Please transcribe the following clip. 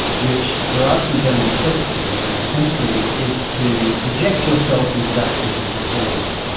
which derives from german aestheticism, and it essentially is to project yourself into that which is before you.